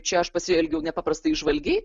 čia aš pasielgiau nepaprastai įžvalgiai